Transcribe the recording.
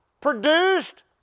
produced